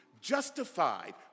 justified